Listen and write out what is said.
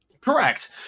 Correct